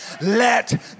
Let